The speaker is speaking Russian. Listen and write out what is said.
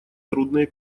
трудные